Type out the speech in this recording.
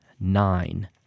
nine